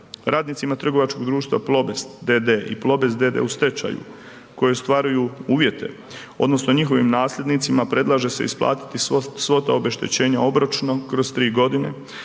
Radnicima trgovačkog društva Plobest d.d. i Plobest d.d. u stečaju koji ostvaruju uvjete, odnosno njihovih nasljednicima, predlaže se isplatiti svo to obeštećenje obročno kroz 3 g. na